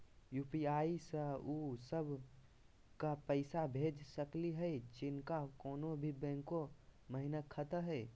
UPI स उ सब क पैसा भेज सकली हई जिनका कोनो भी बैंको महिना खाता हई?